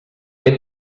que